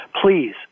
please